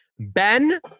Ben